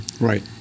Right